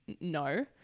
no